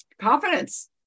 confidence